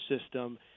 system